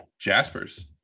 Jaspers